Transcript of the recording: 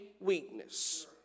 Weakness